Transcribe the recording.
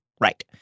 right